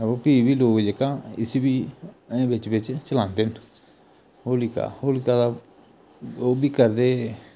अवा फ्ही बी लोक जेह्का इसी बी अजें बिच बिच चलांदे न होलिका होलिका दा ओह् बी करदे